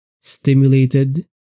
stimulated